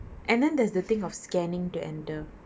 and then there's the thing of scanning to enter